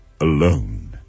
alone